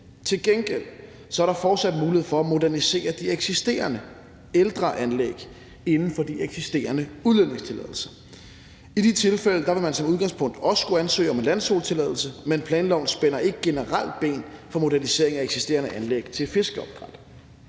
Til gengæld er der fortsat mulighed for at modernisere de eksisterende, ældre anlæg inden for de eksisterende udledningstilladelser. I de tilfælde vil man som udgangspunkt også skulle ansøge om en landzonetilladelse, men planloven spænder ikke generelt ben for modernisering af eksisterende anlæg til fiskeopdræt.